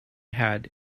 had